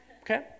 Okay